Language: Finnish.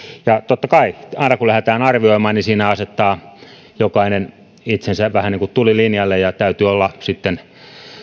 ja totta kai aina kun lähdetään arvioimaan siinä asettaa jokainen itsensä vähän niin kuin tulilinjalle ja täytyy olla sitten